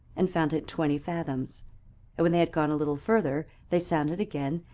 and found it twenty fathoms and when they had gone a little further, they sounded again,